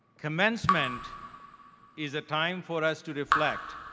commencement is a time for us to reflect,